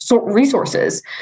resources